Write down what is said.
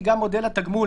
זה פשוט נכנס לתוקף.